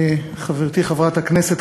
חברתי חברת הכנסת,